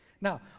now